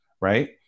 Right